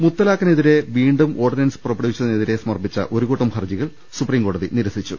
മുത്തലാഖിനെതിരെ വീണ്ടും ഓർഡിനൻസ് പുറപ്പെടുവിച്ചതിനെ തിരെ സമർപ്പിച്ച ഒരു കൂട്ടം ഹർജികൾ സുപ്രീംകോടതി നിരസി ച്ചു